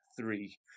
three